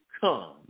come